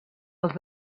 els